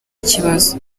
ikibazo